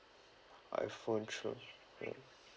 iphone twelve uh